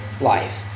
life